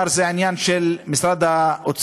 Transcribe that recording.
והוא אמר: זה עניין של משרד האוצר.